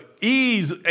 Ease